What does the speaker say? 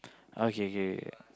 okay kay